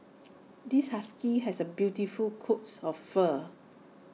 this husky has A beautiful coat of fur